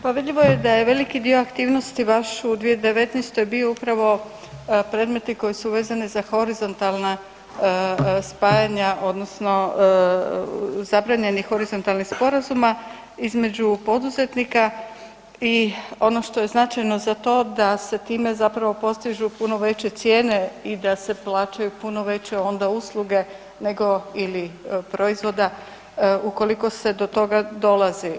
Pa vidljivo je da je veliki dio aktivnosti vaš u 2019. bio upravo predmeti koji su vezani za horizontalna spajanja odnosno zabranjeni horizontalnih sporazuma između poduzetnika i ono što je značajno za to da se time zapravo postižu puno veće cijene i da se plaćaju puno veće, onda, usluge, nego ili proizvoda ukoliko se do toga dolazi.